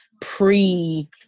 pre